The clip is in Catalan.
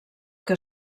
que